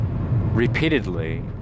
repeatedly